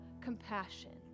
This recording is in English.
compassion